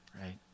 right